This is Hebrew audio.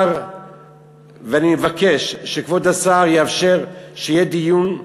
ואני מבקש שכבוד השר יאפשר שיהיה דיון,